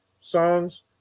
songs